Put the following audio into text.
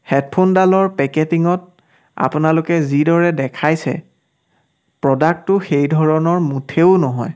হেডফোনডালৰ পেকেটিঙত আপোনালোকে যিদৰে দেখাইছে প্ৰডাক্টটো সেইধৰণৰ মুঠেও নহয়